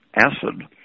acid